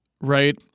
right